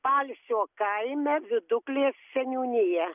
paalsio kaime viduklės seniūnija